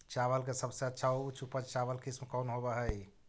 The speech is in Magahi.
चावल के सबसे अच्छा उच्च उपज चावल किस्म कौन होव हई?